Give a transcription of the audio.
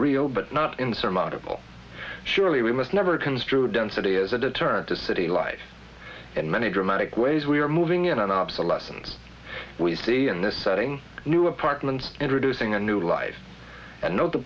real but not insurmountable surely we must never construe density as a deterrent to city life in many dramatic ways we are moving in on obsolescence we see in this setting new apartments introducing a new life and not the